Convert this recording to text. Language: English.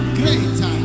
greater